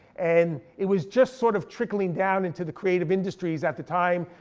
and it was just sort of trickling down into the creative industries at the time.